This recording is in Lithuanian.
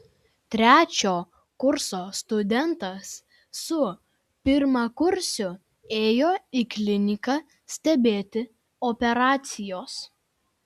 trečio kurso studentas su pirmakursiu ėjo į kliniką stebėti operacijos